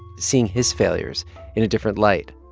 seeing his failures in a different light,